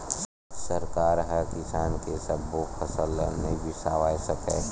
सरकार ह किसान के सब्बो फसल ल नइ बिसावय सकय